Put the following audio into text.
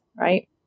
right